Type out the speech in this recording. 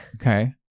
Okay